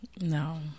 No